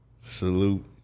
salute